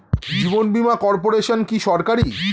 জীবন বীমা কর্পোরেশন কি সরকারি?